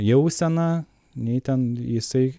jausena nei ten jisai